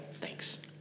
Thanks